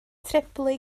treblu